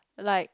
like